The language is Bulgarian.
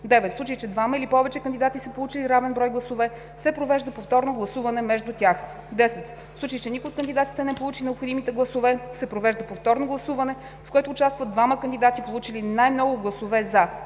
9. В случай че двама или повече кандидати са получили равен брой гласове, се провежда повторно гласуване между тях. 10. В случай че никой от кандидатите не получи необходимите гласове, се провежда повторно гласуване, в което участват двамата кандидати, получили най-много гласове „за“.